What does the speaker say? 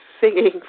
singing